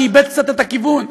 שאיבד קצת את הכיוון,